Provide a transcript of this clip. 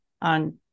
on